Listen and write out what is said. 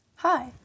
Hi